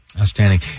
Outstanding